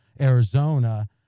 Arizona